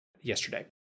yesterday